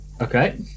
Okay